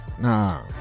Nah